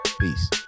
Peace